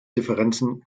differenzen